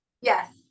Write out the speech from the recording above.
Yes